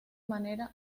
manera